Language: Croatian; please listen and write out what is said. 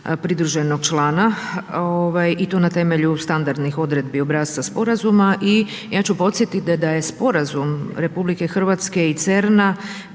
pridruženog člana i to na temelju standardnih odredbi obrasca sporazuma. I ja ću podsjetiti da je sporazum RH i CERN-a